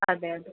അതെ അതെ